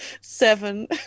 Seven